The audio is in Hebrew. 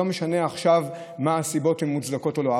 ולא משנה עכשיו אם הסיבות מוצדקות או לא.